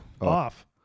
Off